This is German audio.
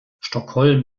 stockholm